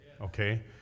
Okay